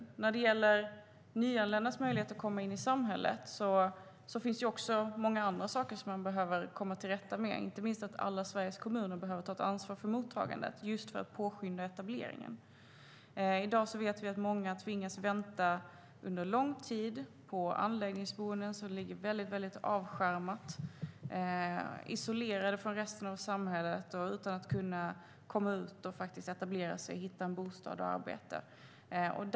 När det gäller nyanländas möjligheter att komma in i samhället finns även många andra saker vi behöver komma till rätta med, inte minst att alla Sveriges kommuner behöver ta ansvar för mottagandet för att påskynda etableringen. I dag vet vi att många under lång tid tvingas vänta på anläggningsboenden som ligger väldigt avskärmat och isolerat från resten av samhället. Människor kan då inte komma ut, etablera sig och hitta en bostad och ett arbete.